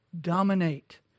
dominate